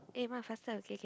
eh ma faster okay K